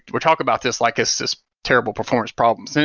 we're talking about this like it's this terrible performance problems. and